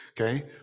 Okay